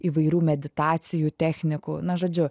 įvairių meditacijų technikų na žodžiu